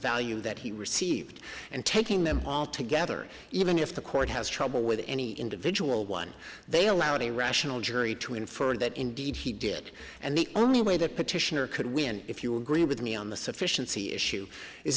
value that he received and taking them all together even if the court has trouble with any individual one they allowed a rational jury to infer that indeed he did and the only way the petitioner could win if you agree with me on the sufficiency issue is